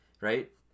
right